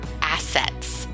assets